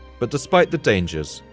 but despite the dangers,